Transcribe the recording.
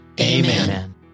Amen